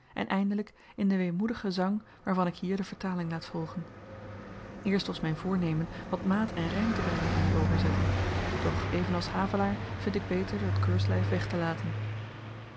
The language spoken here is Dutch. en eindelyk in den weemoedigen zang waarvan ik hier de vertaling laat volgen eerst was myn voornemen wat maat en rym te brengen in die overzetting doch evenals havelaar vind ik beter dat keurslyf wegtelaten ik